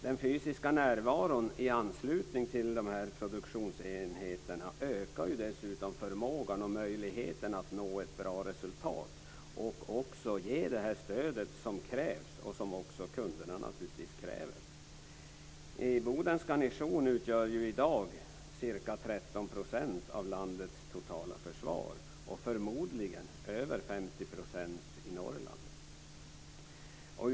Den fysiska närvaron i anslutning till dessa produktionsenheter ökar ju dessutom förmågan och möjligheten att nå ett bra resultat och också ge det stöd som krävs och som kunderna naturligtvis också kräver. Bodens garnison utgör i dag ca 13 % av landets totala försvar och förmodligen över 50 % i Norrland.